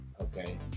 okay